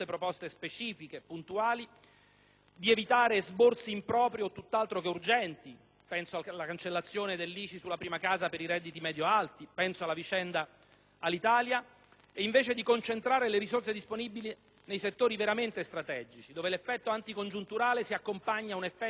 di evitare esborsi impropri o tutt'altro che urgenti (penso ad esempio alla cancellazione dell'ICI sulla prima casa per i redditi medio-alti, o alla vicenda Alitalia), e concentrare invece le risorse disponibili nei settori veramente strategici, dove l'effetto anticongiunturale si accompagna ad un effetto di modernizzazione di più lungo respiro.